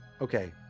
Okay